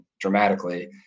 dramatically